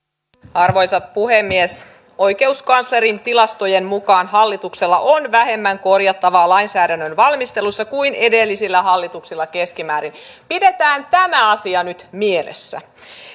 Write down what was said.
arvoisa puhemies oikeuskanslerin tilastojen mukaan hallituksella on vähemmän korjattavaa lainsäädännön valmistelussa kuin edellisillä hallituksilla keskimäärin pidetään tämä asia nyt mielessä